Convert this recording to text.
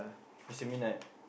Mister Midnight